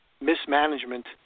mismanagement